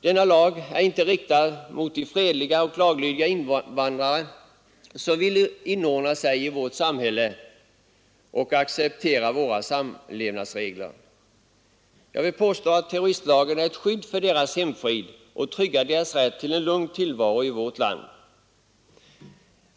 Terroristlagen är inte riktad mot de fredliga och laglydiga invandrare som vill inordna sig i vårt samhälle och acceptera våra samlevnadsregler. Jag vill påstå att terroristlagen är ett skydd för deras hemfrid och tryggar deras rätt till en lugn tillvaro i vårt land.